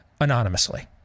anonymously